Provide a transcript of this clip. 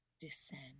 descend